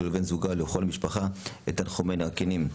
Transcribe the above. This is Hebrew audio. לבן זוגה ולכל המשפחה את תנחומינו הכנים.